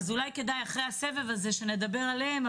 אז אולי כדאי אחרי הסבב הזה שנדבר עליהם.